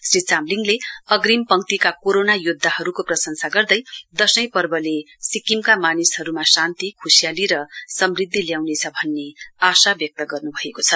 श्री चामलिङले अग्रिम पंक्तिका कोरोना योद्धाहरूलाई प्रशंसा गर्दै दशैं पर्वले सिक्किमका मानिसहरूमा शान्ति खुशियाली र समृद्धि ल्याउनेछ भन्ने आशा व्यक्त गर्नुभएको छ